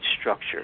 structure